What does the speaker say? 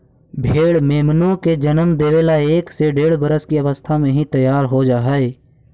भेंड़ मेमनों को जन्म देवे ला एक से डेढ़ वर्ष की अवस्था में ही तैयार हो जा हई